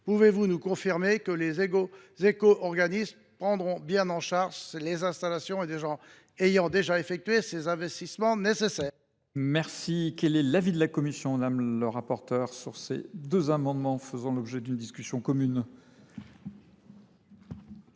pouvez vous nous confirmer que les éco organismes prendront bien en charge les installations ayant déjà effectué ces investissements nécessaires ?